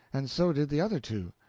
and so did the other two.